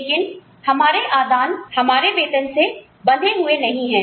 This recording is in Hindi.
लेकिन हमारे आदानहमारे वेतन से बंधे हुए नहीं हैं